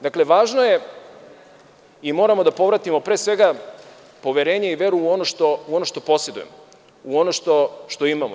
Dakle, važno je i moramo da povratimo pre svega poverenje i veru u ono što posedujemo, u ono što imamo.